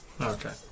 Okay